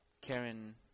Karen